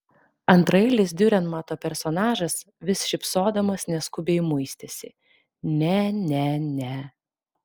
antraeilis diurenmato personažas vis šypsodamas neskubiai muistėsi ne ne ne